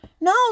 No